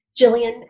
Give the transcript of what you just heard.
Jillian